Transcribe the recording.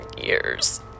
years